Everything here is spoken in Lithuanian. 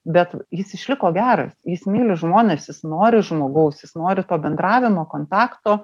bet jis išliko geras jis myli žmones jis nori žmogaus jis nori to bendravimo kontakto